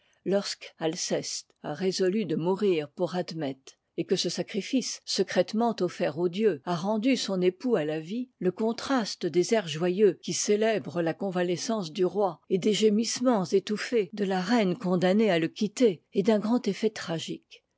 lorsque alceste a résolu de mourir pour admète et que ce sacrifice secrètement offert aux dieux a rendu son époux à la vie le contraste des airs joyeux qui célèbrent la convalescence du roi et des gémissements étouffés de la reine condamnée à le quitter est d'un grand effet tragique